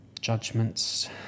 Judgments